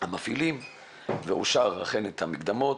המפעילים ואושרו המקדמות.